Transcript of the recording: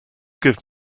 give